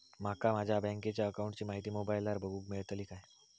माका माझ्या बँकेच्या अकाऊंटची माहिती मोबाईलार बगुक मेळतली काय?